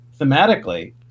thematically